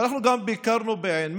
ואנחנו גם ביקרנו בעין מאהל,